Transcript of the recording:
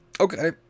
Okay